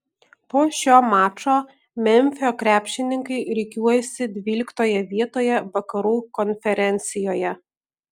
po šio mačo memfio krepšininkai rikiuojasi dvyliktoje vietoje vakarų konferencijoje